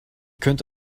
könnte